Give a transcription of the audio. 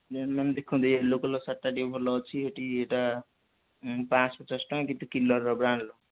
ମେମ୍ ଦେଖନ୍ତୁ ଏ yellow collar ସାର୍ଟ୍ଟା ଟିକିଏ ଭଲ ଅଛି ଏଠିକି ଏଇଟା ପାଞ୍ଚଶହ ପଚାଶ ଟଙ୍କା କିନ୍ତୁ କିଲର୍ ବ୍ରାଣ୍ଡର୍